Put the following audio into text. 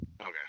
Okay